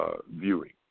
viewing